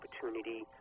opportunity